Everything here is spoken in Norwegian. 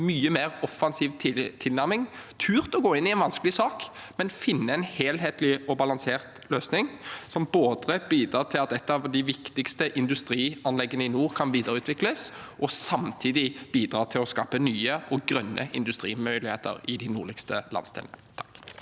mye mer offensiv tilnærming. En har turt å gå inn i en vanskelig sak og funnet en helhetlig og balansert løsning som bidrar til at et av de viktigste industrianleggene i nord kan videreutvikles, og som samtidig bidrar til å skape nye og grønne industrimuligheter i de nordligste landsdelene.